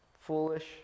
Foolish